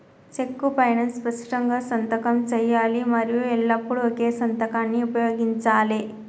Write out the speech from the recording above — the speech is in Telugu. చెక్కు పైనా స్పష్టంగా సంతకం చేయాలి మరియు ఎల్లప్పుడూ ఒకే సంతకాన్ని ఉపయోగించాలే